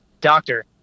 Doctor